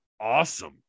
awesome